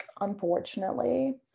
unfortunately